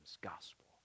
gospel